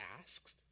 asked